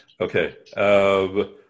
Okay